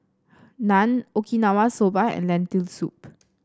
Naan Okinawa Soba and Lentil Soup